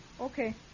Okay